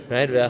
Right